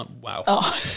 Wow